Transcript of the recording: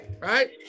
Right